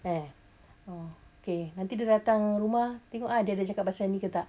eh oh okay nanti dia datang rumah tengok ah dia ada cakap pasal ni ke tak